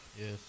yes